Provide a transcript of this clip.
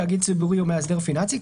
תאגיד ציבורי או מאסדר פיננסי,